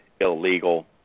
illegal